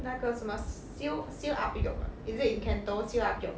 那个什么 siew siew lup yok ah is it in canto siew lup yok